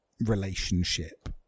relationship